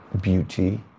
beauty